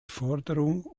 forderung